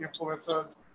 influencers